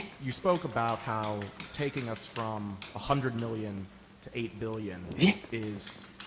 you spoke about how taking us from a hundred million to eight billion is